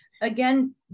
Again